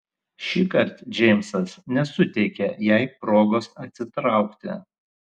šįkart džeimsas nesuteikė jai progos atsitraukti